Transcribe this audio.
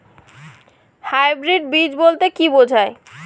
Hybrid বীজ বলতে কী বোঝায়?